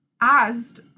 asked